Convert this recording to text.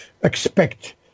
expect